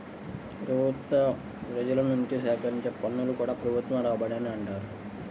ప్రభుత్వం ప్రజల నుంచి సేకరించే పన్నులను కూడా ప్రభుత్వ రాబడి అనే అంటారు